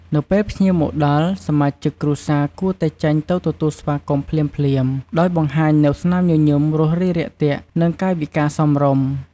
នៅពេលភ្ញៀវមកដល់ សមាជិកគ្រួសារគួរតែចេញទៅទទួលស្វាគមន៍ភ្លាមៗ ដោយបង្ហាញនូវ ស្នាមញញឹមរួសរាយរាក់ទាក់ និង កាយវិការសមរម្យ។